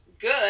good